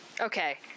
Okay